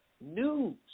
news